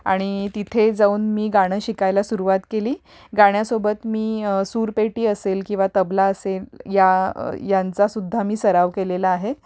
आणि तिथे जाऊन मी गाणं शिकायला सुरुवात केली गाण्यासोबत मी सूरपेटी असेल किंवा तबला असेल या यांचा सुद्धा मी सराव केलेला आहे